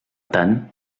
tant